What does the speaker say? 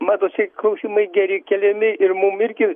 matot tie klausimai geri keliami ir mum irgi